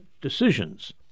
decisions